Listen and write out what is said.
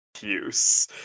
use